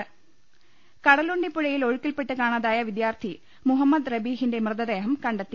ലലലലലലലലലലലല കടലുണ്ടി പുഴയിൽ ഒഴുക്കിൽപ്പെട്ട് കാണാതായ വിദ്യാർത്ഥി മുഹമ്മദ് റബീഹിന്റെ മൃതദേഹം കണ്ടെത്തി